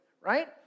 right